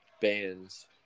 bands